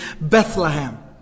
Bethlehem